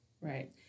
Right